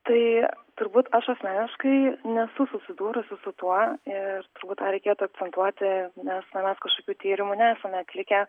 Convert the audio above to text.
tai turbūt aš asmeniškai nesu susidūrusi su tuo ir turbūt tą reikėtų akcentuoti nes na mes kažkokių tyrimų nesame atlikę